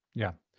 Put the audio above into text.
yeah.